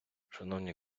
шановні